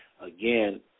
Again